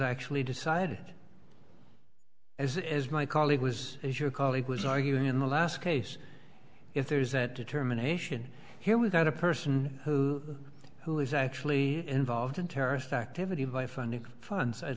actually decide as as my colleague was as your colleague was arguing in the last case if there is that terminations here without a person who is actually involved in terrorist activity